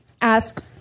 Ask